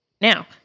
Now